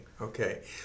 Okay